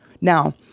Now